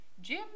Jim